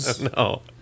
No